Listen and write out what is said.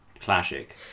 Classic